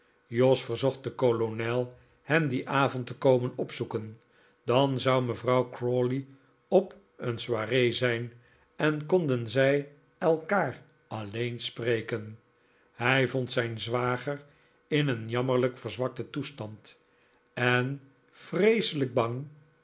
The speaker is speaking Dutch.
jos verzocht den kolonel hem dien avond te komen opzoeken dan zou mevrouw crawley op een soiree zijn en konden zij elkaar alleen spreken hij vond zijn zwager in een jammerlijk verzwakten toestand en vreeselijk bang